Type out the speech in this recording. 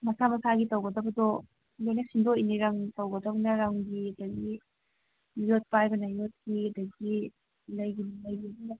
ꯃꯁꯥ ꯃꯁꯥꯒꯤ ꯇꯧꯒꯗꯕꯗꯣ ꯂꯣꯏꯅ ꯁꯤꯟꯗꯣꯛꯏꯅꯤ ꯔꯪ ꯇꯧꯒꯗꯕꯅ ꯔꯪꯒꯤ ꯑꯗꯒꯤ ꯌꯣꯠ ꯄꯥꯏꯕꯅ ꯌꯣꯠꯀꯤ ꯑꯗꯒꯤ ꯂꯩꯒꯤꯅ ꯂꯩꯒꯤ